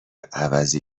عوضی